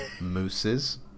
mooses